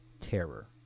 terror